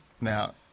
Now